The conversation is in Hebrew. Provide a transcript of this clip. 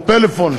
או פלאפון,